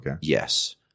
yes